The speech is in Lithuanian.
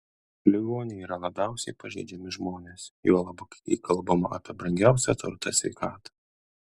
ligoniai yra labiausiai pažeidžiami žmonės juolab kai kalbama apie brangiausią turtą sveikatą